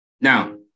Now